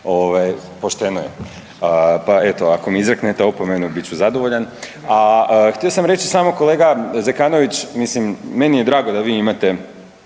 Pošteno je. Pa eto, ako mi izreknete opomenu bit ću zadovoljan. A htio reći samo, kolega Zekanović mislim meni je drago da vi imate